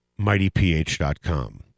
MightyPH.com